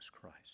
Christ